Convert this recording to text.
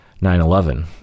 9-11